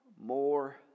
more